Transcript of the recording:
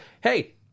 Hey